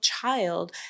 child